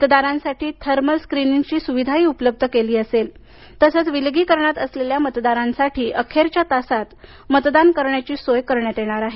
मतदारांसाठी थर्मल स्क्रीनिंगची सुविधाही उपलब्ध केली असेल तसेच विलगीकरणात असलेल्या मतदारांसाठी अखेरच्या तासात मतदान करण्याची सोय करण्यात येणार आहे